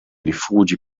rifugi